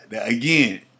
again